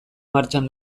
martxan